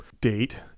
date